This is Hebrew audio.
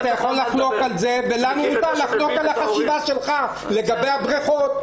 אתה יכול לחלוק על זה ולנו מותר לחלוק על החשיבה שלך לגבי הבריכות.